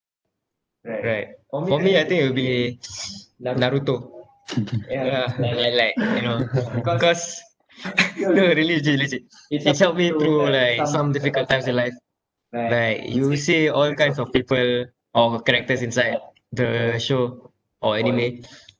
right for me I think it'll be naruto yeah like like you know cause no really legit legit it's helped me through like some difficult times in life like you see all kinds of people or characters inside the show or anime